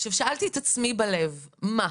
עכשיו, שאלתי את עצמי בלב "מה?